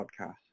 podcast